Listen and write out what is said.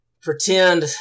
pretend